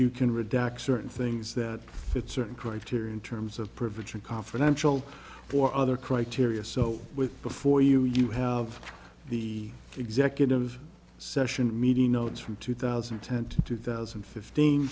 redact certain things that fit certain criteria in terms of privilege or confidential or other criteria so with before you you have the executive session meeting notes from two thousand and ten to two thousand and fifteen